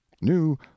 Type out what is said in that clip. new